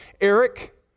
Eric